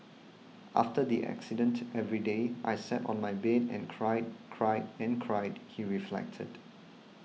after the accident every day I sat on my bed and cried cried and cried he reflected